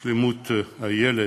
שלמות הילד,